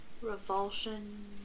Revulsion